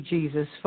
Jesus